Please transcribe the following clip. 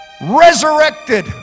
Resurrected